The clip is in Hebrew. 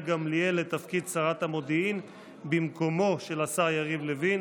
גמליאל לתפקיד שרת המודיעין במקומו של השר יריב לוין,